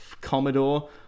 Commodore